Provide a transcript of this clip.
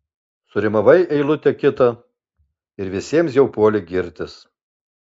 surimavai eilutę kitą ir visiems jau puoli girtis